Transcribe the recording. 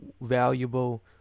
valuable